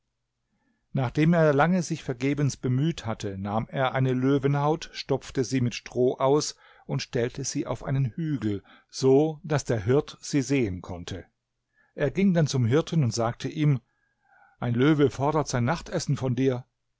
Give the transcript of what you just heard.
nachdem er lange sich vergebens bemüht hatte nahm er eine löwenhaut stopfte sie mit stroh aus und stellte sie auf einen hügel so daß der hirt sie sehen konnte er ging dann zum hirten und sagte ihm ein löwe fordert sein nachtessen von dir